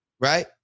Right